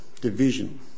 Division